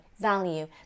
value